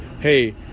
hey